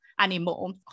anymore